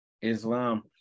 Islam